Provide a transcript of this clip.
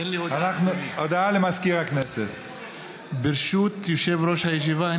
ההצעה תעבור לוועדת הכספים.